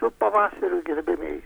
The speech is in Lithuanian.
su pavasariu gerbiamieji